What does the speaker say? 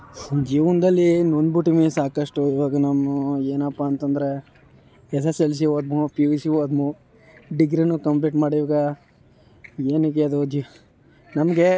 ಜೀವನದಲ್ಲಿ ನೊಂದ್ಬಿಟ್ಟಿವ್ನಿ ಸಾಕಷ್ಟು ಇವಾಗ ನಮೂ ಏನಪ್ಪಾ ಅಂತ ಅಂದ್ರೆ ಎಸ್ ಎಸ್ ಎಲ್ ಸಿ ಹೋದ್ನೊ ಪಿ ಯು ಸಿ ಹೋದ್ನೊ ಡಿಗ್ರಿನು ಕಂಪ್ಲಿಟ್ ಮಾಡಿ ಇವಾಗ ಏನಕ್ಕೆ ಅದು ಜ್ಹಿ ನಮಗೆ